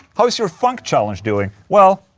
how is your funk challenge doing well,